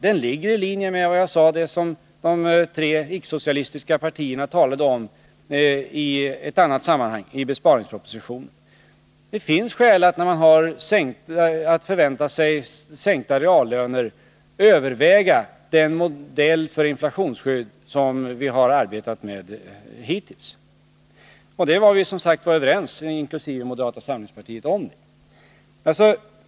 Den ligger i linje med vad de tre icke socialistiska partierna talade om i besparingspropositionen. När man förväntar sig sänkta reallöner finns det skäl att överväga den modell för inflationsskydd som vi hittills har arbetat med.